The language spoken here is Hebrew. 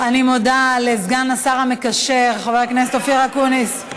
אני מודה לסגן השר המקשר חבר הכנסת אופיר אקוניס.